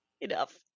enough